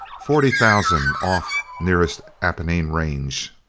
forty thousand off nearest apennine range.